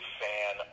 fan